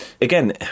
again